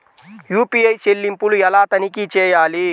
UPI చెల్లింపులు ఎలా తనిఖీ చేయాలి?